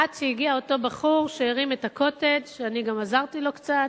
עד שהגיע אותו בחור שהרים את מחאת ה"קוטג'"; אני גם עזרתי לו קצת,